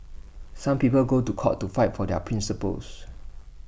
some people go to court to fight for their principles